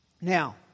Now